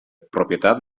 propietat